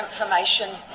information